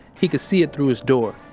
he could see it through his door.